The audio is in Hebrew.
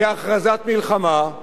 בין שהם מתכוונים ובין שהם לא מתכוונים,